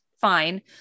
Fine